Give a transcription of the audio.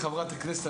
חברת הכנסת,